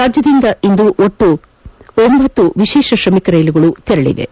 ರಾಜ್ಯದಿಂದ ಇಂದು ಒಟ್ಟು ಒಂಭತ್ತು ವಿಶೇಷ ಶ್ರಮಿಕ ರೈಲುಗಳು ತೆರಳಿವೆ